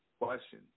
question